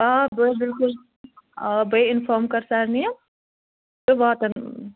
آ بہٕ بِلکُل آ بے اِنفارم کَرٕ سارنِیَن تہٕ واتَن